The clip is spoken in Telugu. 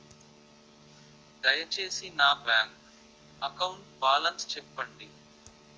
దయచేసి నా బ్యాంక్ అకౌంట్ బాలన్స్ చెప్పండి